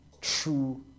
true